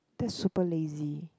that's super lazy